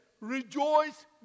Rejoice